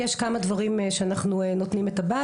יש כמה דברים שאנחנו נותנים את הבאז,